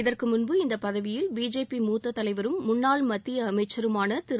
இதற்கு முன்பு இந்தப் பதவியில் பிஜேபி மூத்த தலைவரும் முன்னாள் மத்திய அமைச்சருமான திரு